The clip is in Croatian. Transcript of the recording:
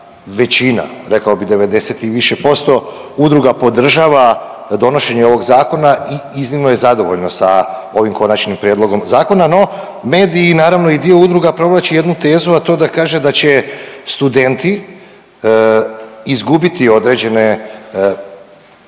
većina, rekao bi 90 i više posto, udruga podržava donošenje ovog zakona i iznimno je zadovoljno sa ovim konačnim prijedlogom zakona, no mediji i naravno i dio udruga provlači jednu tezu, a to da kaže da će studenti izgubiti određene one